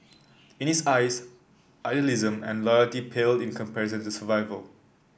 in his eyes idealism and loyalty paled in comparison to survival